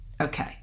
Okay